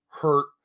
hurt